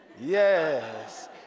yes